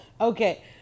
Okay